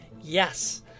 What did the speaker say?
Yes